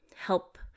help